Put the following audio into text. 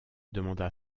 demanda